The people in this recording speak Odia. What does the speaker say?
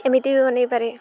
ଏମିତି ବି ବନେଇପାରେ